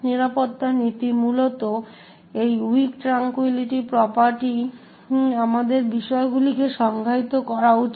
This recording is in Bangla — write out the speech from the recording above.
নিরাপত্তা নীতি মূলত এই উইক ট্র্যাঙ্কুইলিটি প্রপার্টিটি আমাদের বিষয়গুলিকে সংজ্ঞায়িত করা উচিত